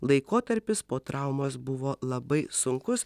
laikotarpis po traumos buvo labai sunkus